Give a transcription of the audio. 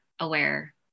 aware